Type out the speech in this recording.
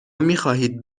میخواهید